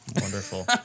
Wonderful